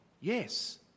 yes